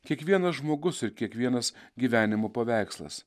kiekvienas žmogus ir kiekvienas gyvenimo paveikslas